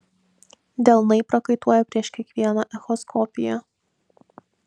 delnai prakaituoja prieš kiekvieną echoskopiją